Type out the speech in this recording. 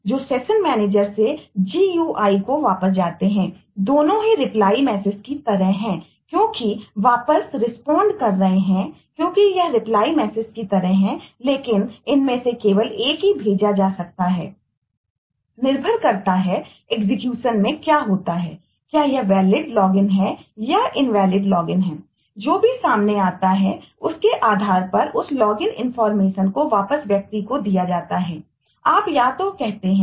जो भी सामने आता है उसके आधार पर उस लॉगिन इनफार्मेशन करते हैं